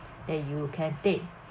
that you can take